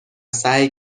سعی